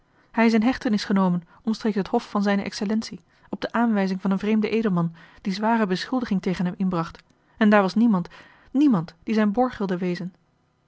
hij is in hechtenis genomen omstreeks het hof van zijne excellentie op de aanwijzing van een vreemden edelman die zware beschuldiging tegen hem inbracht en daar was niemand niemand die zijn borg wilde wezen